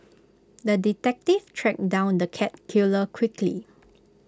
the detective tracked down the cat killer quickly